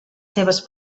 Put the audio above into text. seves